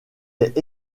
est